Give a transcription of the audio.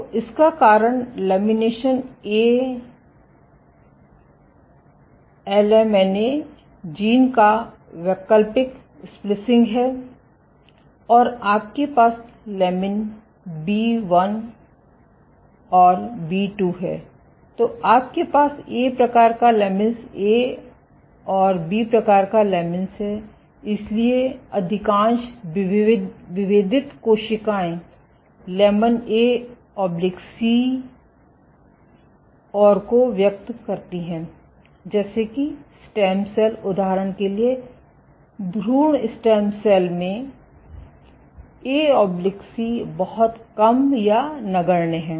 तो इसका कारण लैमिनेशन A जीन का वैकल्पिक स्प्लिसिंग है और आपके पास लैमिन B1 और B2 है तो आपके पास a प्रकार का लमीन्स और b प्रकार का लमीन्स हैं इसलिए अधिकांश विभेदित कोशिकाएं लैमन ए सी और को व्यक्त करती हैं जैसे कि स्टेम सेल उदाहरण के लिए भ्रूण स्टेम सेल में ए सी बहुत कम या नगण्य है